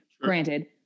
granted